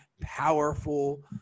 powerful